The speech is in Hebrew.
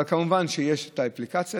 כמובן שיש את האפליקציה,